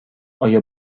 آیا